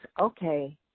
okay